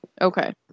Okay